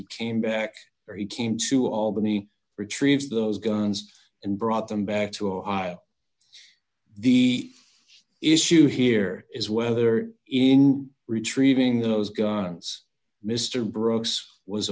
he came back or he came to albany retrieve those guns and brought them back to ohio the issue here is whether in retrieving those guns mr brooks was